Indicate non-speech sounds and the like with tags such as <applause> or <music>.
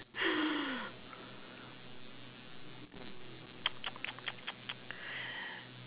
<noise>